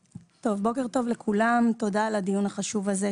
בוקר טוב לכולם, תודה על הדיון החשוב הזה.